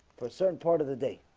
for a certain part of the day